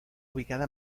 ubicada